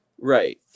Right